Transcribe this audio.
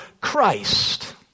Christ